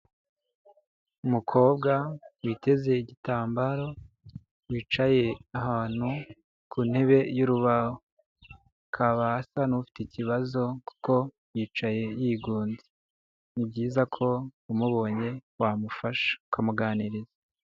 Umukobwa witeze igitambaro wicaye ahantu ku ntebe y'urubaho, akaba asa n'ufite ikibazo kuko yicaye yigonze, ni byiza ko umubonye wamufasha ukamuganiriza.